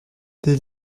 des